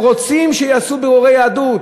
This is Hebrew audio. הם רוצים שיעשו בירורי יהדות.